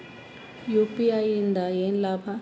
UPI ಇಂದ ಏನ್ ಲಾಭ?